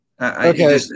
Okay